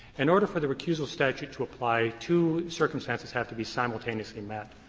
in order for the recusal statute to apply, two circumstances have to be simultaneously met.